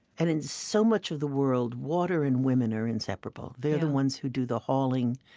and in so much of the world, water and women are inseparable. they're the ones who do the hauling.